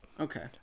okay